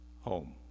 home